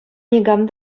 никам